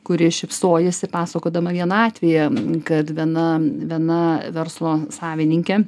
kuri šypsojosi pasakodama vieną atvejį kad viena viena verslo savininkė